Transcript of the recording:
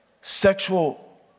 sexual